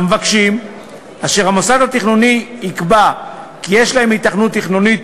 למבקשים שהמוסד התכנוני יקבע כי יש להם היתכנות תכנונית,